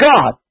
God